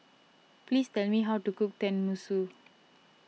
please tell me how to cook Tenmusu